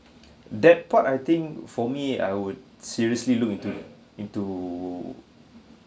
that part I think for me I would seriously look into into